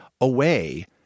away